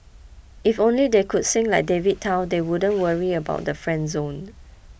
if only they could sing like David Tao they wouldn't worry about the friend zone